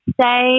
say